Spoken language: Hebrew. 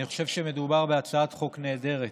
אני חושב שמדובר בהצעת חוק נהדרת.